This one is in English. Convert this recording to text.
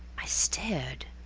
i stared.